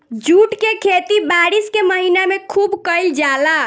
jute के खेती बारिश के महीना में खुब कईल जाला